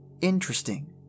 interesting